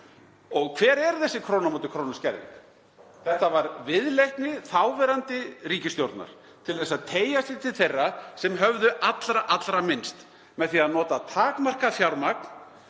Og hver er þessi króna á móti krónu skerðing? Það var viðleitni þáverandi ríkisstjórnar til að teygja sig til þeirra sem höfðu allra, allra minnst með því að nota takmarkað fjármagn.